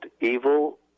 evil